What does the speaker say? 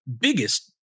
biggest